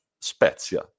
Spezia